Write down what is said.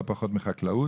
לא פחות מבחקלאות.